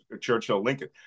Churchill-Lincoln